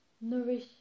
nourish